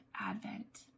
advent